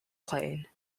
plane